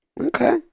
Okay